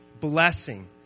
blessing